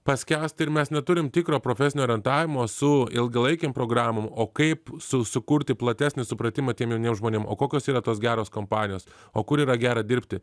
paskęsta ir mes neturim tikro profesinio orientavimo su ilgalaikėm programom o kaip su sukurti platesnį supratimą tiem jauniem žmonėm o kokios yra tos geros kompanijos o kur yra gera dirbti